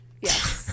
Yes